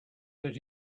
that